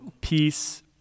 peace